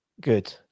good